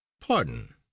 Pardon